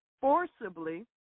forcibly